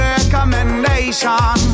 recommendation